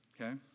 Okay